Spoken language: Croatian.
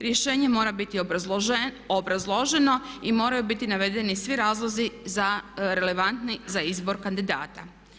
Rješenje mora biti obrazloženo i moraju biti navedeni svi razlozi relevantni za izbor kandidata.